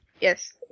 Yes